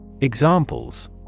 Examples